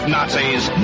Nazis